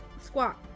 squat